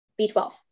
B12